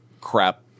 crap